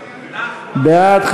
בעד,